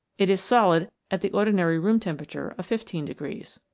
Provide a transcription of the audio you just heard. it is solid at the ordinary room temperature of fifteen degrees.